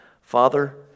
Father